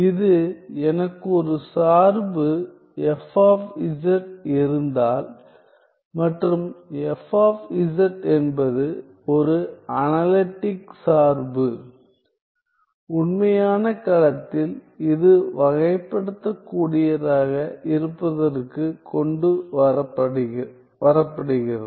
இது எனக்கு ஒரு சார்பு f இருந்தால் மற்றும் f என்பது ஒரு அனலட்டிக் சார்புஉண்மையான களத்தில் இது வகைப்படுத்தக்கூடியதாக இருப்பதற்கு கொண்டு வரப்படுகிறது